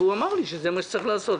הוא אמר לי שכך צריך לעשות.